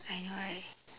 I know right